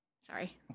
Sorry